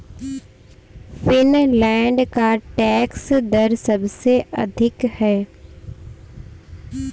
Finland का tax दर सबसे अधिक है